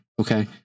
Okay